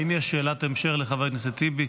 האם יש שאלת המשך לחבר הכנסת טיבי?